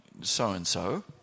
so-and-so